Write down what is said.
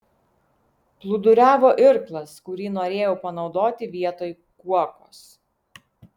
plūduriavo irklas kurį norėjau panaudoti vietoj kuokos